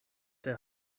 der